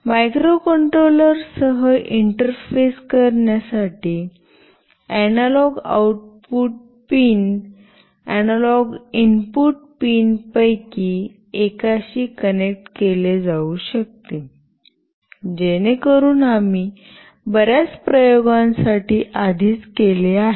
मायक्रोकंट्रोलरसह interface करण्यासाठी analog out pin analog input पिनपैकी एकाशी कनेक्ट केले जाऊ शकते जेणेकरून आम्ही बर्याच प्रयोगांसाठी आधीच केले आहे